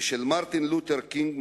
ושל מרטין לותר קינג,